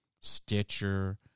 Stitcher